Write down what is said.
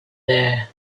there